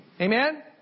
Amen